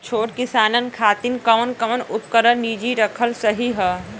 छोट किसानन खातिन कवन कवन उपकरण निजी रखल सही ह?